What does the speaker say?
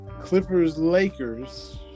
Clippers-Lakers